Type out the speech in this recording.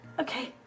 Okay